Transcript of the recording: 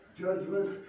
judgment